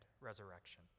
resurrection